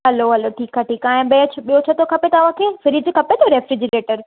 हलो hello ठीकु आहे ठीकु आहे ऐं बैच ॿियो छा थो खपे तव्हांखे फिर्ज खपे थो रेफ्रिजरेटर